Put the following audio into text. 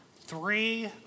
three